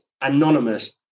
anonymous